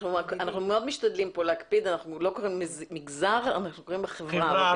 מאוד משתדלים כאן להקפיד ואנחנו לא אומרים מגזר אלא אומרים חברה ערבית.